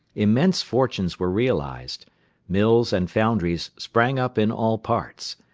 immense fortunes were realised mills and foundries sprang up in all parts,